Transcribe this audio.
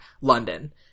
London